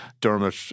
Dermot